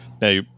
Now